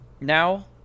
now